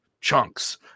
chunks